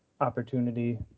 opportunity